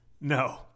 No